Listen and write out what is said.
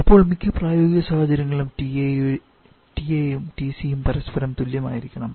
ഇപ്പോൾ മിക്ക പ്രായോഗിക സാഹചര്യങ്ങളിലും TAയും TCയും പരസ്പരം തുല്യമായിരിക്കണം